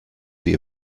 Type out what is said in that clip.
sie